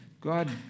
God